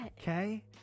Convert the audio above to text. Okay